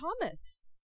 Thomas